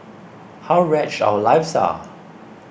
how wretched our lives are